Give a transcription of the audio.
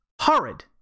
horrid